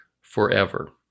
forever